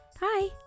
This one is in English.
Hi